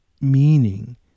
meaning